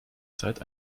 zeit